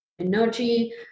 energy